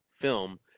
film